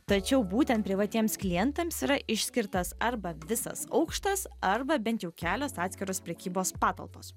tačiau būtent privatiems klientams yra išskirtas arba visas aukštas arba bent jau kelios atskiros prekybos patalpos